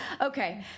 okay